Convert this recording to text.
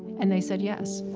and they said yes.